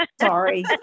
sorry